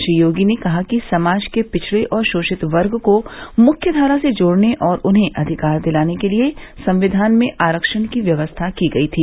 श्री योगी ने कहा कि समाज के पिछड़े और शोषित वर्ग को मुख्यधारा से जोड़ने और उन्हें अधिकार दिलाने के लिए संविधान में आरक्षण की व्यवस्था की गयी थी